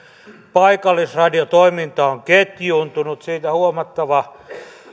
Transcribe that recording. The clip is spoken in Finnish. paikallisradiotoiminta on ketjuuntunut siitä huomattava